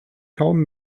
kaum